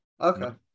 Okay